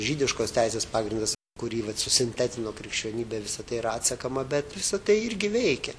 žydiškos teisės pagrindas kurį vat susintetino krikščionybė visa tai yra atsekama bet visa tai irgi veikia